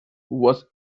was